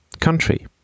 Country